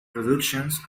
productions